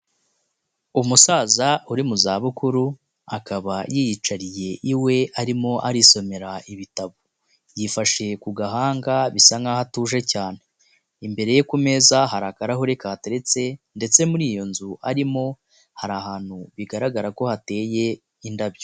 Umusaza uri mu za bukuru, akaba yiyicariye iwe arimo arisomera ibitabo. Yifashi ku gahanga bisa nkaho atuje cyane. Imbere ye ku meza hari akarahuri kateretse ndetse muri iyo nzu arimo, hari ahantu bigaragara ko hateye indabyo.